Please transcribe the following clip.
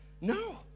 No